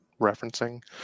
referencing